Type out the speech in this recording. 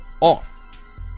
off